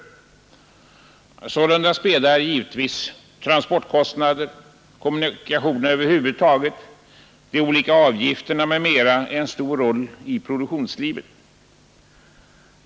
Sålunda spelar givetvis transportkostnader, kommunikationerna över huvud taget, de olika avgifterna m.m. en stor roll i produktionslivet.